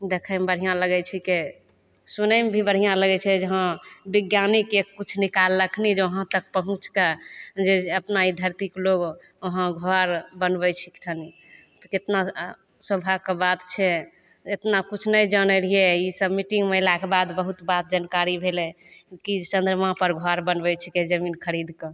देखैमे बढ़िआँ लागै छिकै सुनैमे भी बढ़िआँ लागै छै जे हँ वैज्ञानिक किछु निकाललखिन जे वहाँ तक पहुँचिके जे अपना ई धरतीके लोक वहाँघर बनबै छिकथिन कतना सौभाग्यके बात छै एतना किछु नहि जानै रहिए ईसब मीटिन्गमे अएलाके बाद बहुत बात जानकारी भेलै कि चन्द्रमापर घर बनबै छिकै जमीन खरिदके